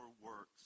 works